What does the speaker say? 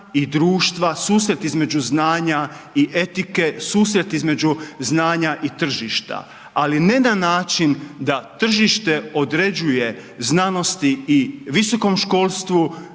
i društva, susret između znanja i etike, susret između znanja i tržišta ali ne na način da tržište određuje znanosti i visokom školstvu